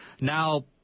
Now